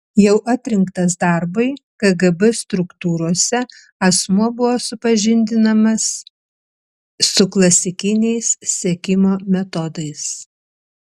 jau atrinktas darbui kgb struktūrose asmuo buvo supažindinamas su klasikiniais sekimo metodais